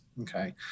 Okay